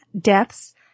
deaths